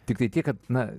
tiktai tiek kad na